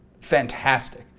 fantastic